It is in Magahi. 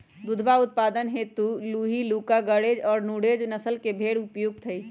दुधवा उत्पादन हेतु लूही, कूका, गरेज और नुरेज नस्ल के भेंड़ उपयुक्त हई